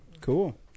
cool